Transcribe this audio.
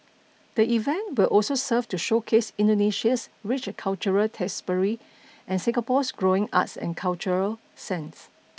the event will also serve to showcase Indonesia's rich cultural tapestry and Singapore's growing arts and cultural sense